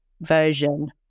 version